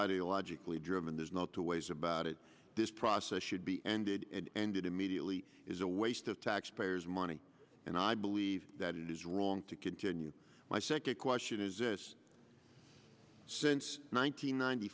ideologically driven there's no two ways about it this process should be ended and it immediately is a waste of taxpayers money and i believe that it is wrong to continue my second question is this since nine hundred ninety